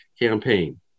campaign